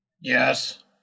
Yes